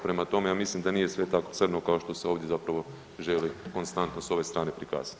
Prema tome, ja mislim da nije sve tako crno kao što se ovdje zapravo želi konstantno s ove strane, prikazati.